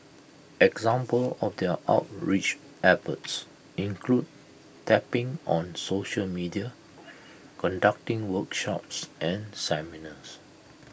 example of their outreach efforts include tapping on social media conducting workshops and seminars